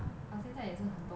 but 现在也是很多